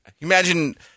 Imagine